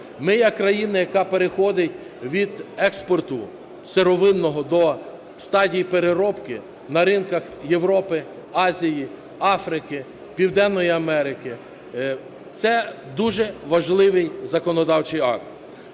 Ми як країна, яка переходить від експорту сировинного до стадії переробки на ринках Європи, Азії, Африки, Південної Америки. Це дуже важливий законодавчий акт.